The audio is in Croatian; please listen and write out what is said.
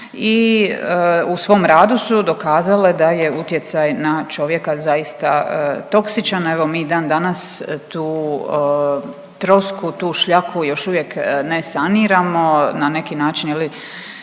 i u svom radu su dokazale da je utjecaj na čovjeka zaista toksičan. Evo mi i dan danas tu trosku, tu šljaku još uvijek ne saniramo na neki način